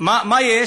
מה יש?